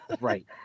Right